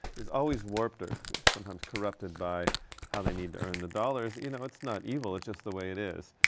is always warped or sometimes corrupted by how they need to earn the dollars. you know, it's not evil. it's just the way it is.